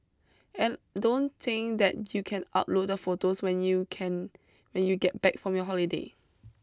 and don't think that you can upload the photos when you can when you get back from your holiday